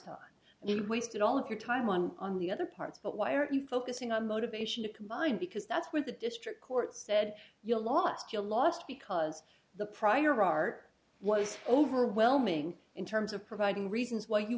you've wasted all of your time one on the other parts but why are you focusing on motivation to combine because that's what the district court said you lost you lost because the prior art was overwhelming in terms of providing reasons why you